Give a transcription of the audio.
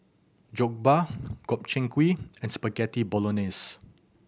Jokbal Gobchang Gui and Spaghetti Bolognese